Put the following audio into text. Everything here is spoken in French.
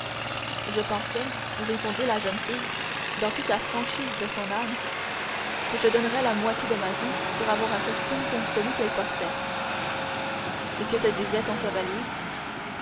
je pensais répondit la jeune fille dans toute la franchise de son âme que je donnerais la moitié de ma vie pour avoir un costume comme celui qu'elle portait et que te disait ton cavalier